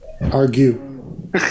argue